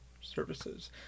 Services